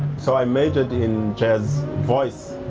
so i majored in jazz voice.